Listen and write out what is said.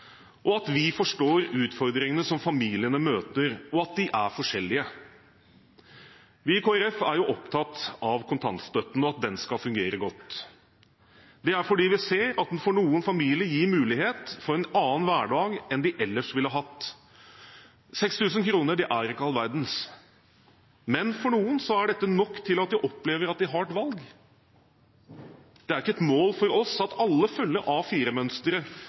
i, at vi forstår utfordringene som familiene møter, og at de er forskjellige. Vi i Kristelig Folkeparti er jo opptatt av kontantstøtten og at den skal fungere godt. Det er fordi vi ser at den for noen familier gir mulighet for en annen hverdag enn de ellers ville hatt. 6 000 kr er ikke all verden, men for noen er dette nok til at de opplever at de har et valg. Det er ikke et mål for oss at alle følger